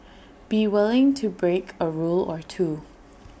be willing to break A rule or two